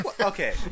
Okay